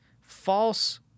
false